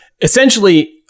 essentially